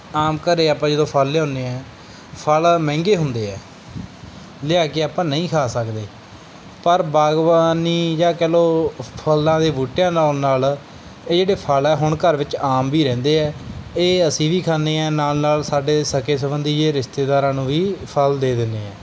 ਆਮ ਘਰ ਆਪਾਂ ਜਦੋਂ ਫ਼ਲ ਲਿਆਉਦੇ ਹਾਂ ਫ਼ਲ ਮਹਿੰਗੇ ਹੁੰਦੇ ਹੈ ਲਿਆ ਕੇ ਆਪਾਂ ਨਹੀਂ ਖਾ ਸਕਦੇ ਪਰ ਬਾਗਵਾਨੀ ਜਾਂ ਕਹਿ ਲਓ ਫ਼ਲਾਂ ਦੇ ਬੂਟਿਆਂ ਲਾਉਣ ਨਾਲ ਇਹ ਜਿਹੜੇ ਫ਼ਲ ਹੈ ਹੁਣ ਘਰ ਵਿੱਚ ਆਮ ਵੀ ਰਹਿੰਦੇ ਆ ਇਹ ਅਸੀਂ ਵੀ ਖਾਂਦੇ ਹਾਂ ਨਾਲ ਨਾਲ ਸਾਡੇ ਸਕੇ ਸਬੰਧੀ ਰਿਸ਼ਤੇਦਾਰਾਂ ਨੂੰ ਵੀ ਫ਼ਲ ਦੇ ਦਿੰਦੇ ਹੈ